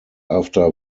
after